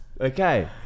Okay